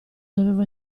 dovevo